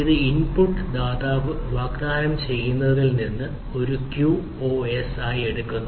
ഇത് ഇൻപുട്ട് ദാതാവ് വാഗ്ദാനം ചെയ്യുന്നതിൽ നിന്ന് ഒരു ക്യൂഒഎസ്ആയി എടുക്കുന്നു